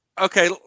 okay